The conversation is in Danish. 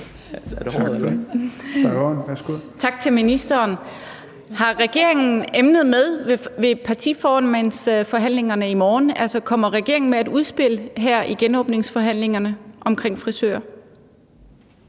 Tak til ministeren. Har regeringen emnet med ved partiformandsforhandlingerne i morgen? Altså, kommer regeringen med et udspil omkring frisører her i genåbningsforhandlingerne?